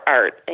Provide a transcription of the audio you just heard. art